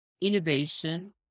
innovation